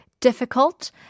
difficult